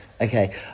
Okay